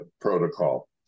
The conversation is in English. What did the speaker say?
protocol